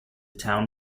town